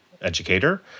educator